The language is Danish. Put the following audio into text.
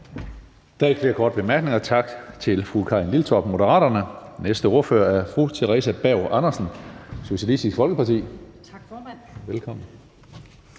Der er ikke flere korte bemærkninger. Tak til fru Karin Liltorp, Moderaterne. Næste ordfører er fru Theresa Berg Andersen, Socialistisk Folkeparti. Velkommen.